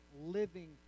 living